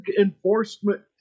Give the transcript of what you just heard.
enforcement